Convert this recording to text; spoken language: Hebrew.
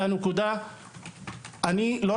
זה לא מספיק לקיים היום את הדיון.